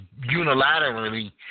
unilaterally